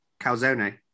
calzone